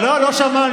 לא, לא שמענו.